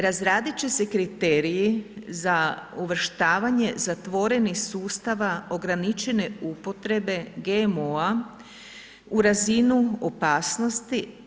Razradit će se kriteriji za uvrštavanje zatvorenih sustava ograničene upotrebe GMO-a u razinu opasnosti.